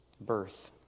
birth